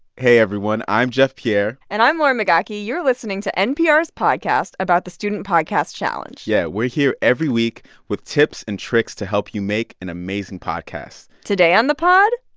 hey, everyone. i'm jeff pierre and i'm lauren migaki. you're listening to npr's podcast about the student podcast challenge yeah, we're here every week with tips and tricks to help you make an amazing podcast today on the pod.